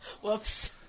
Whoops